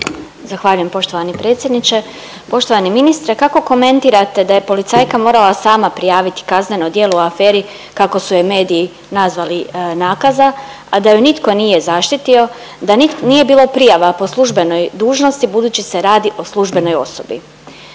Zahvaljujem poštovani predsjedniče. Poštovani ministre, kako komentirate da je policajka morala sama prijaviti kazneno djelo u aferi kako su je mediji nazvali nakaza, a da ju nitko nije zaštitio, da nije bilo prijava po službenoj dužnosti budući se radi o službenoj osobi.